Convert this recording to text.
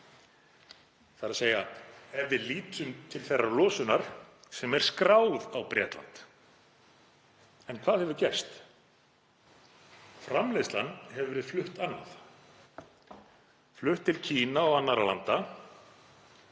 man rétt, þ.e. ef við lítum til þeirrar losunar sem er skráð á Bretland. En hvað hefur gerst? Framleiðslan hefur verið flutt annað, flutt til Kína og annarra landa